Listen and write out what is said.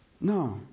No